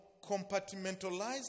Compartmentalized